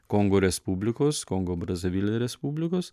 kongo respublikos kongo brazavilija respublikos